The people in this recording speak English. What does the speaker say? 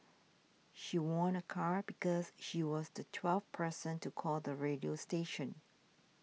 she won a car because she was the twelfth person to call the radio station